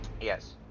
Yes